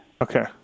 Okay